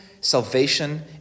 salvation